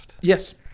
Yes